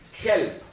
help